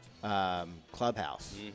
clubhouse